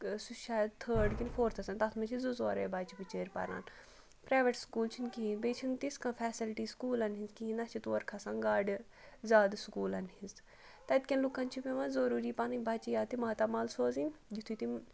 سُہ شاید تھٲڈ کِنہٕ فورتھَس تَتھ منٛز چھِ زٕ ژورَے بَچہٕ بِچٲرۍ پَران پرٛیٚویٚٹ سکوٗل چھِنہٕ کِہیٖنۍ بیٚیہِ چھِنہٕ تِژھ کانٛہہ فیسَلٹی سکوٗلَن ہِنٛز کِہیٖنۍ نہ چھِ تور کھَسان گاڑِ زیادٕ سکوٗلَن ہِنٛز تَتہِ کٮ۪ن لُکَن چھِ پیوان ضروٗری پَنٕنۍ بَچہِ یا تہِ ماتامال سوزٕنۍ یِتھُے تِم